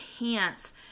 enhance